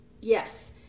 Yes